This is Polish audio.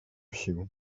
sił